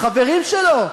החברים שלו,